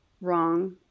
wrong